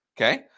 Okay